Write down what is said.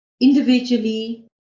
individually